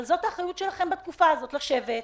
אבל האחריות שלכם בתקופה הזאת זה לשבת,